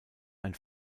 ein